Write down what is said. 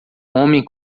homem